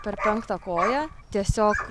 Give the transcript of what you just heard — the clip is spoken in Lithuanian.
per penktą koją tiesiog